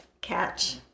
catch